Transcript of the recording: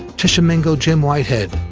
tishomingo jim whitehead,